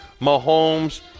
Mahomes